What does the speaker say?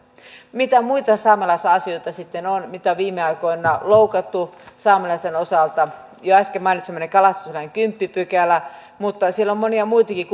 mitä muita saamelaisia asioita sitten on mitä viime aikoina on loukattu saamelaisten osalta jo äsken mainitsemani kalastuslain kymmenes pykälä mutta siellä on monia muitakin